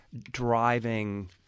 driving